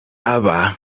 aba